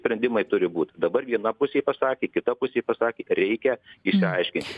sprendimai turi būt dabar viena pusė pasakė kita pusė pasakė reikia išsiaiškinti